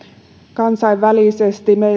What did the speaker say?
kansainvälisesti